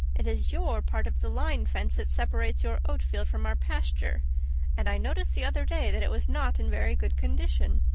it is your part of the line fence that separates your oatfield from our pasture and i noticed the other day that it was not in very good condition.